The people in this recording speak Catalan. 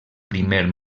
primer